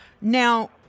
Now